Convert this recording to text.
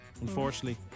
unfortunately